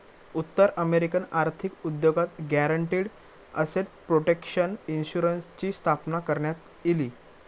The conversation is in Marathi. उत्तर अमेरिकन आर्थिक उद्योगात गॅरंटीड एसेट प्रोटेक्शन इन्शुरन्सची स्थापना करण्यात इली